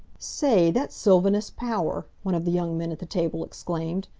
say, that's sylvanus power! one of the young men at the table exclaimed.